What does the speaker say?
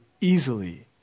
easily